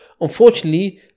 unfortunately